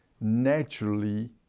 naturally